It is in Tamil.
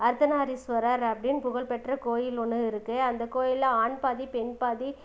அர்த்தநாரீஸ்வரர் அப்படின் புகழ் பெற்ற கோயில் ஒன்று இருக்கு அந்த கோயிலில் ஆண் பாதி பெண் பாதி